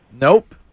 Nope